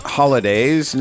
holidays